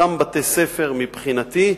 מבחינתי,